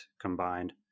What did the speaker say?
combined